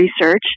research